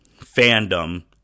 fandom